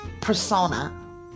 persona